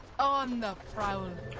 on the